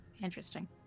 Interesting